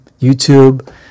YouTube